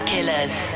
Killers